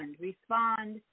Respond